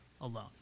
alone